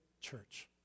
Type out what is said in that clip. church